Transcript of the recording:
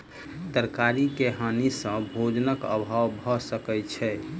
तरकारी के हानि सॅ भोजनक अभाव भअ सकै छै